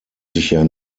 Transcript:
sicher